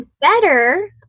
better